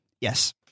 Yes